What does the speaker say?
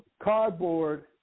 cardboard